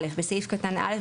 בסעיף קטן (א),